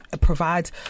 provides